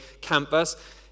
campus